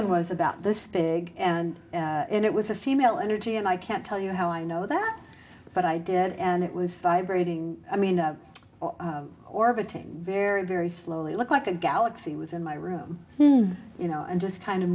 one was about this big and it was a female energy and i can't tell you how i know that but i did and it was vibrating i mean orbiting very very slowly looked like a galaxy was in my room you know and just kind of